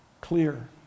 clear